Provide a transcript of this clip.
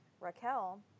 Raquel